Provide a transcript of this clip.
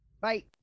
Bye